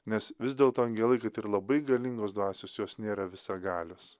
nes vis dėlto angelai kad ir labai galingos dvasios jos nėra visagalios